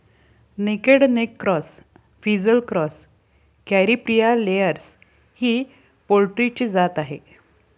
naked neck cross, frizzle cross, Caripriya layers ही पोल्ट्रीची जात आहे